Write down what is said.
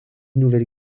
nouvelle